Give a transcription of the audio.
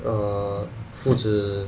err 父子